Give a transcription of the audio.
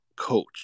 coach